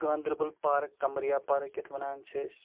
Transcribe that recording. Ganderbal park قَمرِیا park یَتھ وَنان چھِ أسۍ